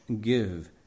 give